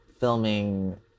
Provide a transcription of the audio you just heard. filming